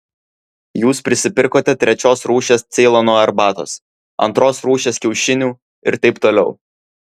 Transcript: jūs prisipirkote trečios rūšies ceilono arbatos antros rūšies kiaušinių ir taip toliau